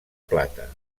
plata